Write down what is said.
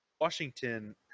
Washington